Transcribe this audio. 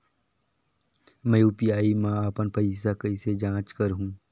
मैं यू.पी.आई मा अपन पइसा कइसे जांच करहु?